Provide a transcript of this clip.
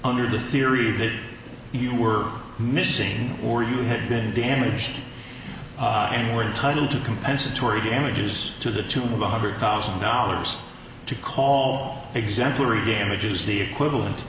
under the theory that you were missing or you had been damage and were entitle to compensatory damages to the tune of one hundred thousand dollars to call exemplary damages the equivalent